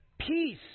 peace